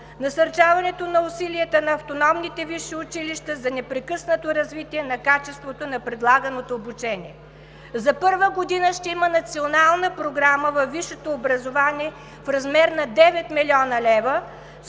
насърчаването на усилията на автономните висши училища за непрекъснато развитие на качеството на предлаганото обучение. За първа година ще има Национална програма във висшето образование в размер на 9 млн. лв.,